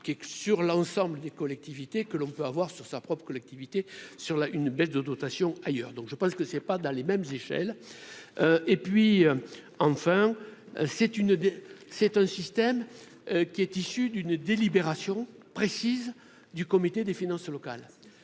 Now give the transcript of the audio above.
que sur l'ensemble des collectivités que l'on peut avoir sur sa propre activité sur la une baisse de dotation ailleurs donc je pense que c'est pas dans les mêmes échelle et puis enfin c'est une, c'est un système qui est issue d'une délibération précise du comité des finances locales